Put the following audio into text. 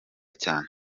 cyane